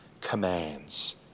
commands